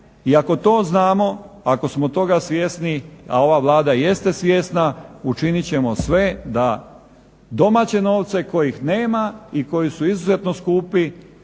I ako to znamo i ako smo toga svjesni, a ova Vlada jeste svjesna učinit ćemo sve da domaće novce kojih nema i koji su izuzetno skupi